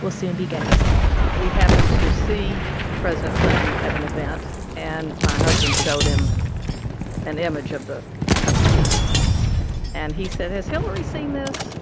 will soon be getting some we happened to see president clinton at an event and my husband showed him an image of the of the piece and he said, has hillary seen this?